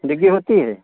डिग्गी होती है